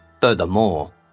Furthermore